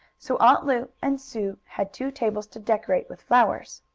so aunt lu and sue had two tables to decorate with flowers.